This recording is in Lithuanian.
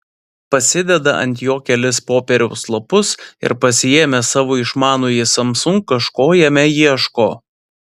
pasideda ant jo kelis popieriaus lapus ir pasiėmęs savo išmanųjį samsung kažko jame ieško